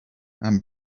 and